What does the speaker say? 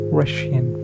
russian